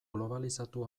globalizatu